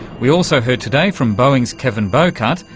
we also heard today from boeing's kevin bowcutt,